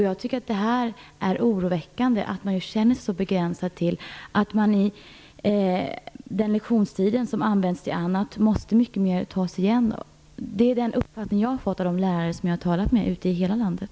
Jag tycker att det är oroväckande att man just känner sig så begränsad, att man beträffande den lektionstid som används till annat har mycket mera att ta igen. Det är den uppfattning jag har efter att ha pratat med lärare på olika ställen i hela landet.